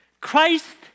Christ